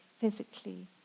physically